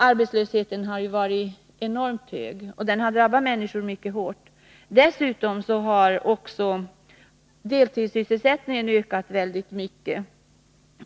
Arbetslösheten har ju varit enormt hög och drabbat människorna mycket hårt. Dessutom har deltidssysselsättningen ökat väldigt mycket.